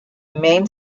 main